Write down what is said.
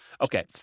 okay